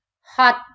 hot